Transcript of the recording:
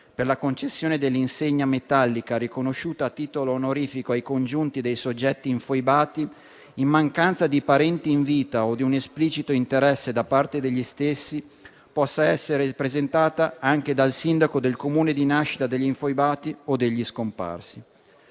per la concessione dell'insegna metallica riconosciuta a titolo onorifico ai congiunti dei soggetti infoibati, in mancanza di parenti in vita o di un esplicito interesse da parte degli stessi, possa essere presentata anche dal sindaco del Comune di nascita degli infoibati o degli scomparsi.